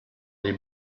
les